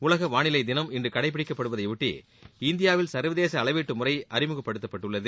உலக வாளிலை தினம் இன்று கடைபிடிக்கப்படுவதையொட்டி இந்தியாவில் சர்வதேச அளவீட்டு முறை அறிமுகப்படுத்தப்பட்டுள்ளது